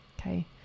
Okay